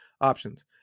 options